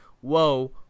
whoa